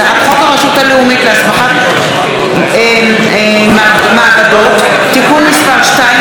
הצעת חוק הרשות הלאומית להסמכת מעבדות (תיקון מס' 2),